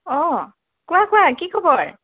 অঁ কোৱা কোৱা কি খবৰ